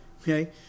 Okay